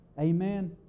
Amen